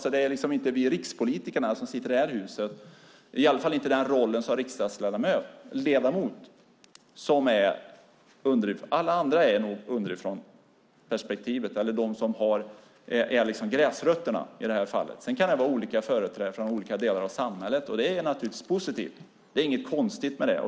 Det är inte vi rikspolitiker som sitter i det här huset, i alla fall inte i rollen som riksdagsledamöter, som är underifrånperspektivet. Alla andra är nog underifrånperspektivet. Det är de som är gräsrötterna i det här fallet. Det kan vara olika företrädare från olika delar av samhället. Det är positivt. Det är inget konstigt med det.